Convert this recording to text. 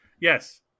Yes